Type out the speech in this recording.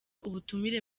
ubutumire